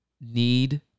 need